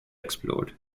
explode